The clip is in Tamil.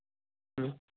ம்